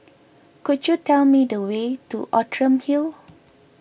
could you tell me the way to Outram Hill